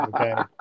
okay